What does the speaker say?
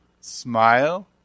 Smile